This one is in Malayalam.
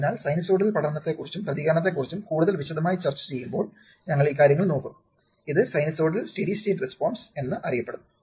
അതിനാൽ സൈനുസോയ്ഡൽ പഠനത്തെക്കുറിച്ചും പ്രതികരണത്തെക്കുറിച്ചും കൂടുതൽ വിശദമായി ചർച്ച ചെയ്യുമ്പോൾ ഞങ്ങൾ ഈ കാര്യങ്ങൾ നോക്കും ഇത് സൈനസോയ്ഡൽ സ്റ്റെഡി സ്റ്റേറ്റ് റെസ്പോൺസ് എന്ന് അറിയപ്പെടുന്നു